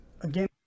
again